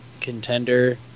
contender